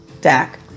Dak